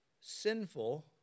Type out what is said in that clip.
sinful